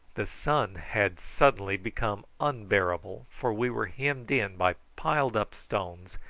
the sun had suddenly become unbearable, for we were hemmed in by piled-up stones,